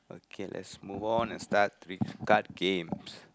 kay let's move on let's start this card game